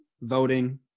voting